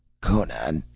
conan,